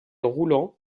roulant